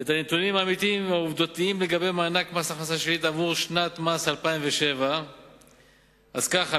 את הנתונים העובדתיים לגבי מס הכנסה שלילי עבור שנת מס 2007. אז ככה: